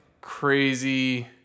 crazy